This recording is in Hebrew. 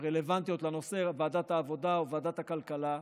הרלוונטיות לנושא, ועדת העבודה או ועדת הכלכלה,